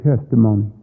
testimony